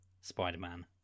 Spider-Man